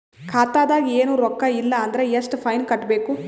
ಖಾತಾದಾಗ ಏನು ರೊಕ್ಕ ಇಲ್ಲ ಅಂದರ ಎಷ್ಟ ಫೈನ್ ಕಟ್ಟಬೇಕು?